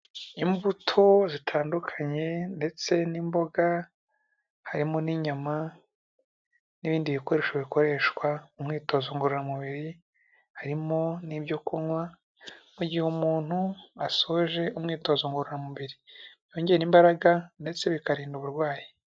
Imbuto zitandukanye ndetse n'imboga, harimo n'inyama n'ibindi bikoresho bikoreshwa mu mwitozo ngororamubiri, harimo n'ibyo kunywa mu gihe umuntu asoje umwitozo ngororamubiri, byongera imbaraga ndetse bikarinda uburwayi.